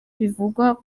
bivugwa